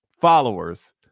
followers